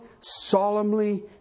solemnly